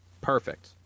Perfect